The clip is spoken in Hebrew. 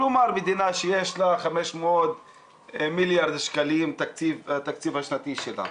כלומר מדינה שיש לה 500 מיליארד שקלים בתקציב השנתי שלה,